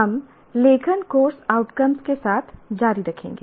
हम लेखन course outcomes के साथ जारी रखेंगे